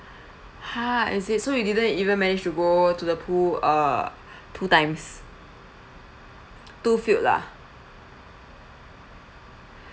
ha is it so you didn't even managed to go to the pool err two times too filled lah